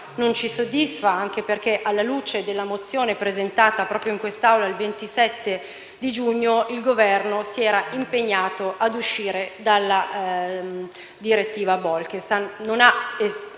non ci soddisfa, anche perché, alla luce della mozione presentata proprio in quest'Aula il 27 giugno, il Governo si era impegnato ad uscire dalla direttiva Bolkestein.